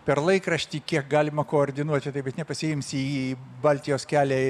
per laikraštį kiek galima koordinuoti nepasiimsi į baltijos kelią